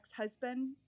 ex-husband